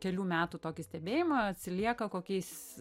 kelių metų tokį stebėjimą atsilieka kokiais